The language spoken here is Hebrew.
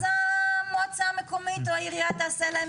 אז המועצה המקומית או העירייה תעשה להם